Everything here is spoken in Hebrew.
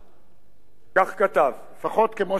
זמן התשובה?